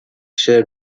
شعر